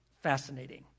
fascinating